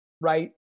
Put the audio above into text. right